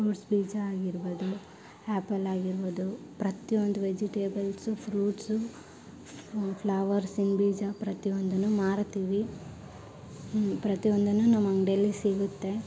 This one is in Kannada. ಫ್ರೂಟ್ಸ್ ಬೀಜ ಆಗಿರ್ಬೋದು ಆ್ಯಪಲ್ ಆಗಿರ್ಬೋದು ಪ್ರತಿಯೊಂದು ವೆಜಿಟೇಬಲ್ಸು ಫ್ರೂಟ್ಸು ಫ್ಲವರ್ಸಿನ ಬೀಜ ಪ್ರತಿಯೊಂದನ್ನು ಮಾರ್ತೀವಿ ಪ್ರತಿಯೊಂದನ್ನು ನಮ್ಮ ಅಂಗಡಿಯಲ್ಲಿ ಸಿಗುತ್ತೆ